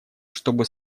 чтобы